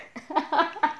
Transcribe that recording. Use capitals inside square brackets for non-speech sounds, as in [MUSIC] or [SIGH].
[LAUGHS]